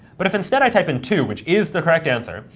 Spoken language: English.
but if instead i type in two, which is the correct answer,